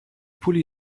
pulli